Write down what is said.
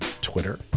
Twitter